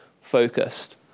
focused